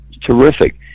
terrific